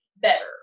better